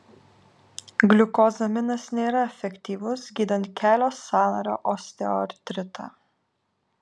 gliukozaminas nėra efektyvus gydant kelio sąnario osteoartritą